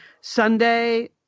Sunday